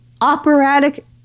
operatic